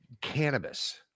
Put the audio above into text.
cannabis